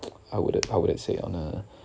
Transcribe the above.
I wouldn't I wouldn't say on a